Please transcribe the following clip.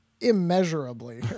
immeasurably